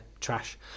trash